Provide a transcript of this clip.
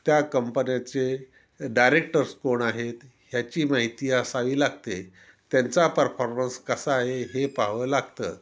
त्या कंपन्याचे डायरेक्टर्स कोण आहेत ह्याची माहिती असावी लागते त्यांचा परफॉर्मन्स कसा आहे हे पहावं लागतं